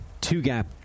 two-gap